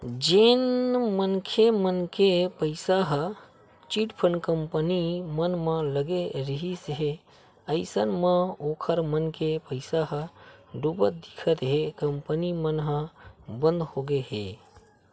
जेन मनखे मन के पइसा ह चिटफंड कंपनी मन म लगे रिहिस हे अइसन म ओखर मन के पइसा ह डुबत दिखत हे कंपनी मन ह बंद होगे हे